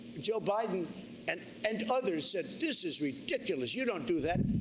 joe biden and and others said, this is ridiculous, you don't do that.